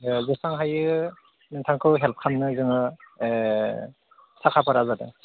जेसां हायो नोंथांखौ हेल्प खालामनो जोङो साखा फारा जादों